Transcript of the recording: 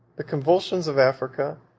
the convulsions of africa,